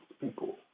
people